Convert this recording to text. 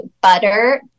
butter